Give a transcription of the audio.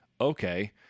okay